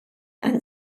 and